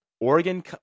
Oregon